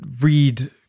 read